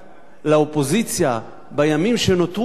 לאופוזיציה בימים שנותרו לה: